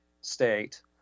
state